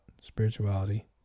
spirituality